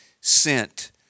sent